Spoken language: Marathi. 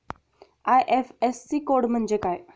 आय.एफ.एस.सी कोड म्हणजे काय?